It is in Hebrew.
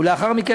ולאחר מכן,